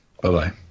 Bye-bye